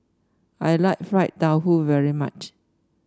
I like Fried Tofu very much